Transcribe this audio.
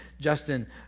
Justin